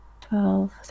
twelve